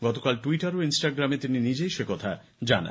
গতকাল টুইটার ও ইনস্টাগ্রামে তিনি নিজেই সেকথা জানিয়েছেন